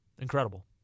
Incredible